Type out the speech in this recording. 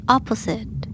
Opposite